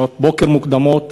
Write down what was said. שעות בוקר מוקדמות,